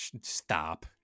Stop